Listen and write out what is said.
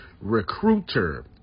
Recruiter